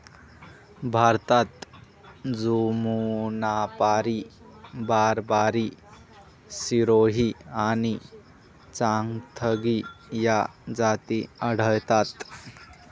भारतात जमुनापारी, बारबारी, सिरोही आणि चांगथगी या जाती आढळतात